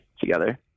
together